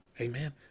amen